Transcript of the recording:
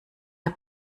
der